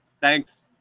Thanks